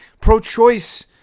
pro-choice